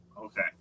okay